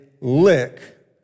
lick